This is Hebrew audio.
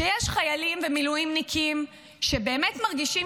שיש חיילים ומילואימניקים שבאמת מרגישים